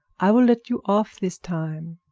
i will let you off this time.